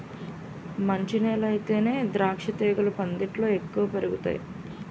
మంచి నేలయితేనే ద్రాక్షతీగలు పందిట్లో ఎక్కువ పెరుగతాయ్